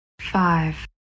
Five